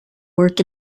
work